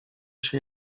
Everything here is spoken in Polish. się